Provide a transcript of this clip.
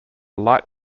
light